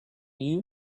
you